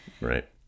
Right